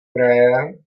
kraje